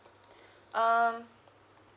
um